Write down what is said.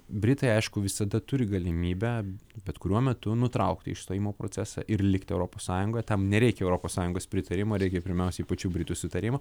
britai aišku visada turi galimybę bet kuriuo metu nutraukti išstojimo procesą ir likti europos sąjungoje tam nereikia europos sąjungos pritarimo reikia pirmiausiai pačių britų sutarimo